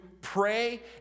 pray